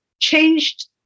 changed